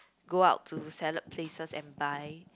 go out to salad places and buy